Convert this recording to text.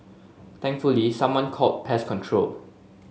thankfully someone called pest control